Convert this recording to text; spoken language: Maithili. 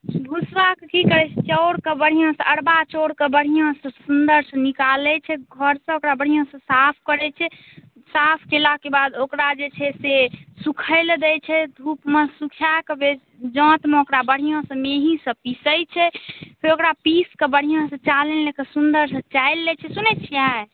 भुसबाके की करै छियै चाउरके बढ़िऑं से अरबा चाउरके बढ़िऑं से सुन्दर से निकालै छै घर से ओकरा बढ़िऑं से साफ करै छै साफ केलाके बाद ओकरा जे छै से सुखै लै दै छै धूपमे सुखाके जाँतमे ओकरा बढ़िऑं से मिहीँ से पीसै छै फेर ओकरा पीसके बढ़िऑं से चालनि लऽके सुन्दर से चालि लै छै सुनै छियै